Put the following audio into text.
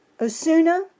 Osuna